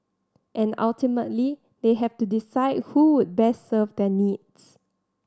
and ultimately they have to decide who would best serve their needs